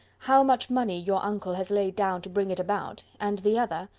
how much money your uncle has laid down to bring it about and the other,